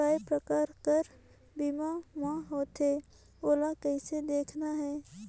काय प्रकार कर बीमा मा होथे? ओला कइसे देखना है?